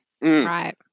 Right